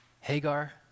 Hagar